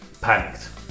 panicked